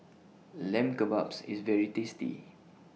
Lamb Kebabs IS very tasty